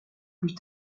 plus